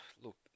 Look